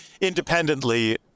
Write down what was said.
independently